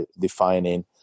defining